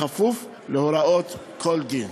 בכפוף להוראות כל דין.